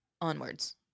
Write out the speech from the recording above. onwards